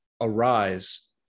arise